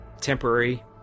temporary